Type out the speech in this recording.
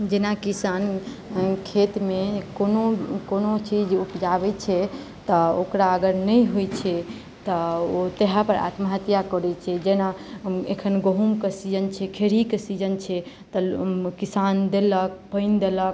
जेना किसान खेतमे कोनो कोनो चीज़ उपजाबै छै तऽ ओकरा अगर नहि होइ छै तऽ ओ ताहि पर आत्महत्या करै छै जेना एखन गहूँम के सीजन छै खेरी के सीजन छै तऽ किसान देलक पानि देलक